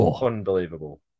Unbelievable